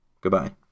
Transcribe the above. Goodbye